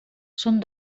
són